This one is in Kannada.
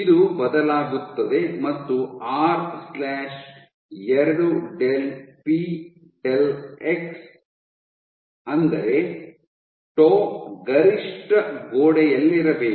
ಇದು ಬದಲಾಗುತ್ತದೆ ಮತ್ತು R 2 del P del x r 2 del p del x ಅಂದರೆ ಟೌ ಗರಿಷ್ಠ ಗೋಡೆಗಳಲ್ಲಿರಬೇಕು